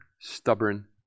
stubborn